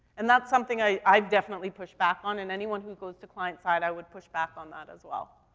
and that's something i, i've definitely pushed back on, and anyone who goes to client side, i would push back on that as well.